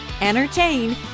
entertain